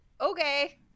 okay